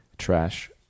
Trash